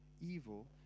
evil